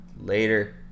later